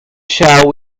shall